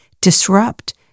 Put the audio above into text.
disrupt